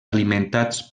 alimentats